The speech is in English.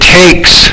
takes